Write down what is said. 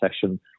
session